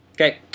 Okay